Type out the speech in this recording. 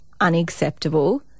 unacceptable